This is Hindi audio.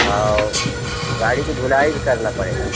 और गाड़ी की धुलाई भी करना पड़ेगा आपको